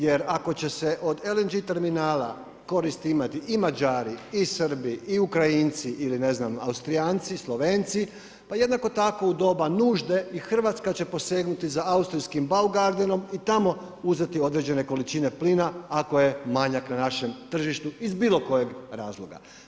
Jer ako će se od LNG terminala koristi imati i Mađari i Srbi i Ukrajinci ili ne znam, Austrijanci, Slovenci, pa jednako tako u doba nužde i Hrvatska će posegnuti za austrijskim ... i tamo uzeti određene količine plina ako je manjak na našem tržištu iz bilo kojeg razloga.